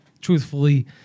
truthfully